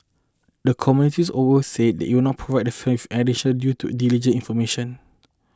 the committees also said it would not provide with additional due to diligence information